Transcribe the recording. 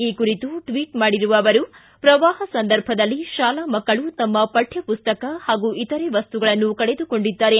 ಈ ಕುರಿತು ಟ್ಟಟ್ ಮಾಡಿರುವ ಅವರು ಪ್ರವಾಹ ಸಂದರ್ಭದಲ್ಲಿ ಶಾಲಾ ಮಕ್ಕಳು ತಮ್ಮ ಪಠ್ಯ ಪುಸ್ತಕ ಹಾಗೂ ಇತರೆ ವಸ್ತುಗಳನ್ನು ಕಳೆದುಕೊಂಡಿದ್ದಾರೆ